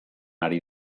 ari